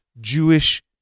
Jewish